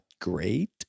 great